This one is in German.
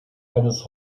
eines